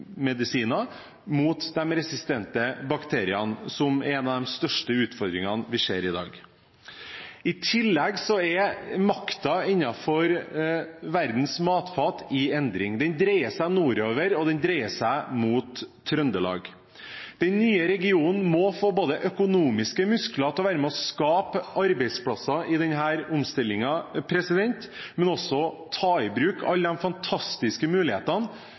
antibiotikamedisiner mot de resistente bakteriene, som er en av de største utfordringene vi ser i dag. I tillegg er makten innenfor verdens matfat i endring. Den dreier seg nordover, og den dreier seg mot Trøndelag. Den nye regionen må få økonomiske muskler til å være med og skape arbeidsplasser i denne omstillingen, men også ta i bruk alle de fantastiske mulighetene